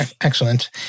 Excellent